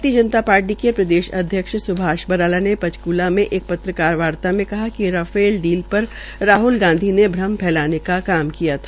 भारतीय जनता पार्टी के प्रदेश अध्यक्ष स्भाष बराला ने पंचकूला में एक पत्रकारवार्ता में कहा कि राफेल डील पर राहल गांधी ने श्रम फैलाने का काम किया था